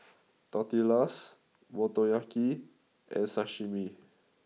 Tortillas Motoyaki and Sashimi